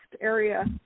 area